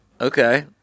Okay